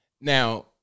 Now